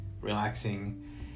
relaxing